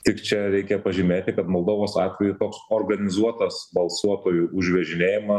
tik čia reikia pažymėti kad moldovos atveju toks organizuotas balsuotojų